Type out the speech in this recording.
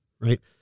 right